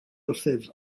wrthyf